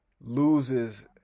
loses